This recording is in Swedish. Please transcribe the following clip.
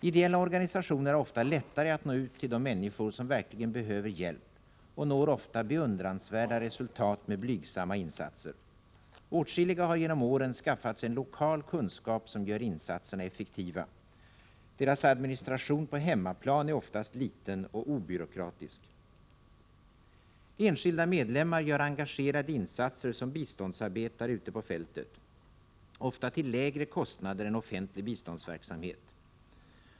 Ideella organisationer har ofta lättare att nå ut till de människor som verkligen behöver hjälp och når ofta beundransvärda resultat med blygsamma insatser. Åtskilliga har genom åren skaffat sig en lokal kunskap som gör insatserna effektiva. Deras administration på hemmaplan är oftast liten och obyråkratisk. Enskilda medlemmar gör engagerade insatser som biståndsarbetare ute på fältet, ofta till lägre kostnader än offentlig biståndsverksamhet.